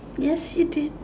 yes it is